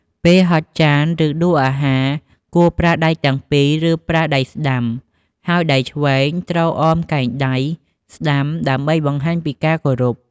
ពេលហុចចាន ឬដួសអាហារ គួរប្រើដៃទាំងពីរ ឬប្រើដៃស្តាំហើយដៃឆ្វេងទ្រអមកែងដៃស្តាំ ដើម្បីបង្ហាញពីការគោរព។